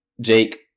Jake